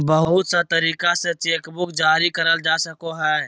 बहुत सा तरीका से चेकबुक जारी करल जा सको हय